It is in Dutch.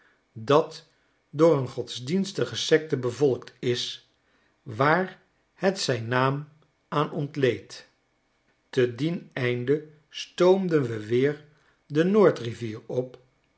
dat door een godsdienstige sekte bevolkt is waar het zijn uaam aan ontleent te dien einde stoomden we weer de noordrivier op